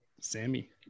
Sammy